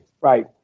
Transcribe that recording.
Right